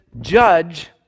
judge